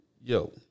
yo